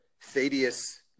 Thaddeus